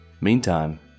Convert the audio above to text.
Meantime